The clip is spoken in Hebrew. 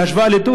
בהשוואה לדוח,